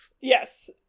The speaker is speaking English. Yes